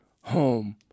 home